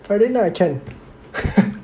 Friday night I can